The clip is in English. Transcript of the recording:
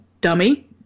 dummy